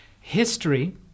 History